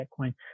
Bitcoin